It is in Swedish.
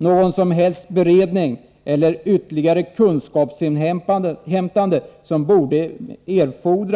Någon som helst beredning eller ytterligare kunskapsinhämtande från utskottets sida